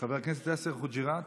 חבר כנסת יאסר חוג'יראת,